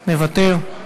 מוותר,